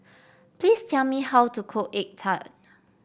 please tell me how to cook egg tart